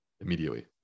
immediately